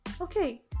Okay